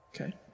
Okay